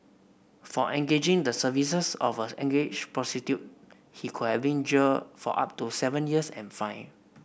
for engaging the services of an underage prostitute he could have been jailed for up to seven years and fined